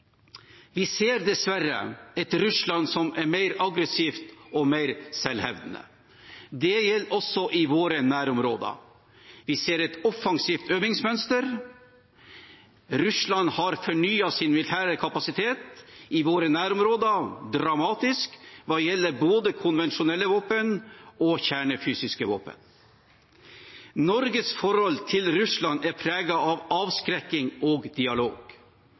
Vi ser dessverre et Russland som er mer aggressivt og mer selvhevdende. Det gjelder også i våre nærområder. Vi ser et offensivt øvingsmønster. Russland har fornyet sin militære kapasitet i våre nærområder dramatisk hva gjelder både konvensjonelle våpen og kjernefysiske våpen. Norges forhold til Russland er preget av avskrekking og dialog.